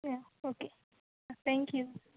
या okay thank you